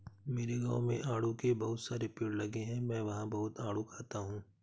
मेरे गाँव में आड़ू के बहुत सारे पेड़ लगे हैं मैं वहां बहुत आडू खाता हूँ